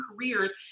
careers